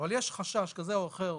אבל יש חשש כזה או אחר,